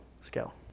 scale